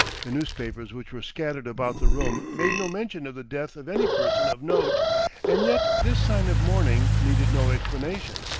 the newspapers which were scattered about the room made no mention of the death of any person of note and yet this sign of mourning needed no explanation.